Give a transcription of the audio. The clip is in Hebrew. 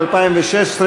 משרד המשפטים,